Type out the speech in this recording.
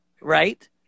right